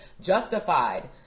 justified